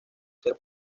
ser